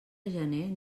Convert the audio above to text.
gener